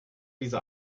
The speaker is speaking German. diese